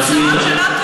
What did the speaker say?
במציאות,